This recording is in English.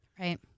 Right